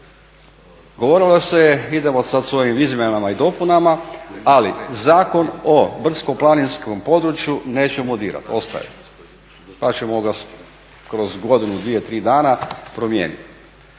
govorilo se idemo sada sa ovim izmjenama i dopunama ali Zakon o o brdsko-planinskom području nećemo dirati, ostaje, pa ćemo ga kroz godinu, dvije, tri dana promijeniti